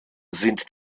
sind